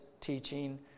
teaching